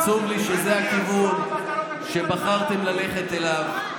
עצוב לי שזה הכיוון שבחרתם ללכת אליו.